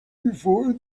before